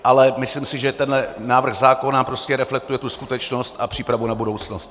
Ale myslím si, že tenhle návrh zákona prostě reflektuje tu skutečnost a přípravu na budoucnost.